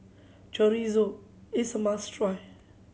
Chorizo is a must try